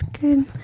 Good